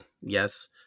yes